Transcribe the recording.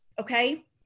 okay